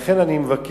לכן אני מבקש,